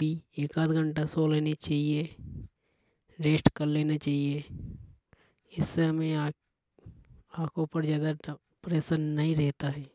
भी एक आध घंटा सो लेना चाहिए। रेस्ट कर लेना चाहिए इससे हमें आंखों पर ज्यादा प्रेसर नहीं रहता है।